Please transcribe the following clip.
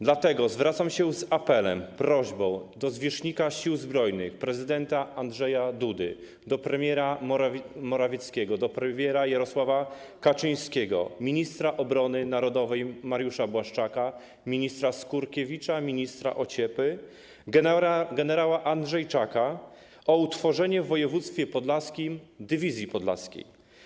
Dlatego zwracam się z apelem, prośbą do zwierzchnika Sił Zbrojnych, prezydenta Andrzeja Dudy, do premiera Morawieckiego, do premiera Jarosława Kaczyńskiego, ministra obrony narodowej Mariusza Błaszczaka, ministra Skurkiewicza, ministra Ociepy, gen. Andrzejczaka o utworzenie w województwie podlaskim dywizji podlaskiej.